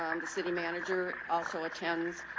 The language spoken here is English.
um the city manager also attends,